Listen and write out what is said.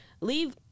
Leave